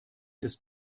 ist